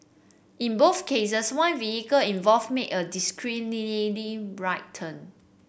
in cases one vehicle involved make a turn